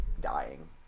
dying